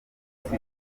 afite